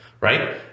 Right